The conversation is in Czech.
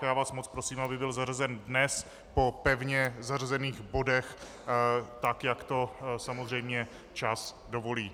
Já vás moc prosím, aby byl zařazen dnes po pevně zařazených bodech tak, jak to samozřejmě čas dovolí.